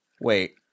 Wait